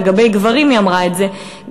לגבי גברים היא אמרה את זה,